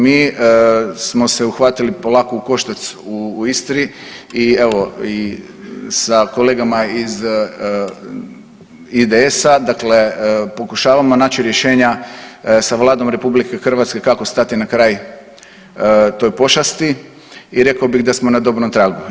Mi smo se uhvatili polako u koštac u Istri i evo s kolegama iz IDS-a dakle pokušavamo naći rješenja sa Vladom RH kako stati na kraj toj pošasti i reko bih da smo na dobrom tragu.